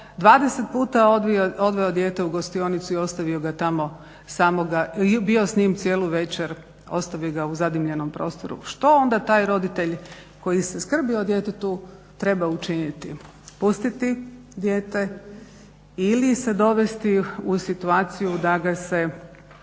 i ostavio ga tamo samoga i bio s njim cijelu večer, ostavio ga u zadimljenom prostoru, što onda taj roditelj koji se skrbi o djetetu, treba učiniti, pustiti dijete ili se dovesti u situaciju da ga se